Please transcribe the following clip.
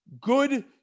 good